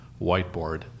whiteboard